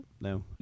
No